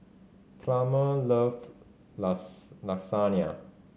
Plummer love Lasagna